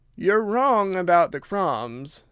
you're wrong about the crumbs,